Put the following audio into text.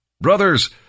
Brothers